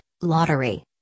lottery